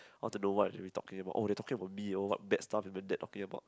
I want to know what are we talking about oh they talking about me oh what bad stuff even dad talking about